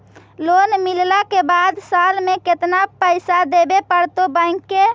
Loan मिलला के बाद साल में केतना पैसा देबे पड़तै बैक के?